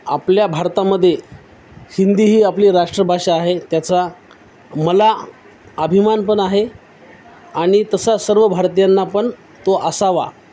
आपल्या भारतामध्ये हिंदी ही आपली राष्ट्रभाषा आहे त्याचा मला अभिमान पण आहे आणि तसा सर्व भारतीयांना पण तो असावा